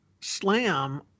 slam